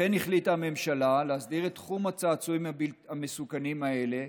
לכן החליטה הממשלה להסדיר את תחום הצעצועים המסוכנים האלה,